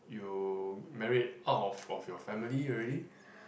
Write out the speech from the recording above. you married out of of your family already